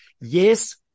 yes